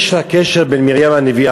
יש קשר בינה לבין מרים הנביאה.